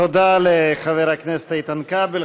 תודה לחבר הכנסת איתן כבל.